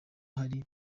hari